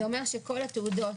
זה אומר שכל התעודות,